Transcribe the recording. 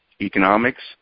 economics